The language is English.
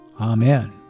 Amen